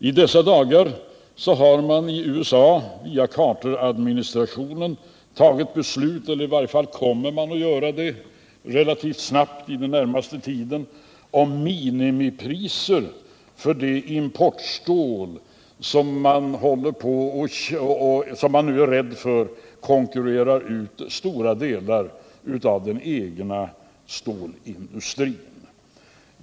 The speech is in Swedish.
I dessa dagar har Carteradministrationen i USA tagit beslut — eller i varje fall kommer man att göra det relativt snabbt inom den närmaste tiden — om minimipriser för det importstål som man nu är rädd skall konkurrera ut stora delar av den egna stålindustrin.